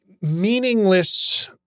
meaningless